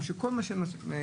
יש תקן מהדרין,